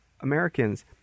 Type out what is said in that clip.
Americans